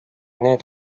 need